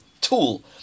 tool